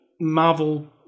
Marvel